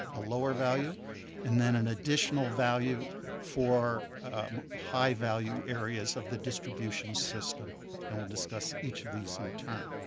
a lower value and then an additional value for high value areas of the distribution system and we will discuss each of these in turn.